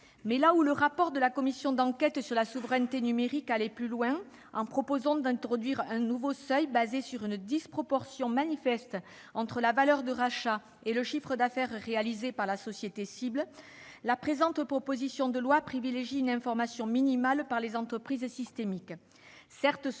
Mais là où le rapport de la commission d'enquête sur la souveraineté numérique allait plus loin, en proposant d'introduire un nouveau seuil basé sur une disproportion manifeste entre la valeur de rachat et le chiffre d'affaires réalisé par la société cible, la présente proposition de loi privilégie une information minimale par les entreprises systémiques.